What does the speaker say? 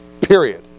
Period